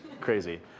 crazy